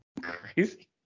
Crazy